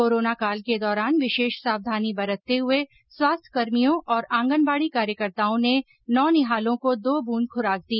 corona काल के दौरान विशेष सावधानी बरतते हुए स्वास्थ्य कर्भियों और आंगनबाडी कार्यक्रताओं ने नोनिहालों को दो बूंद खुराक दी